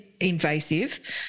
invasive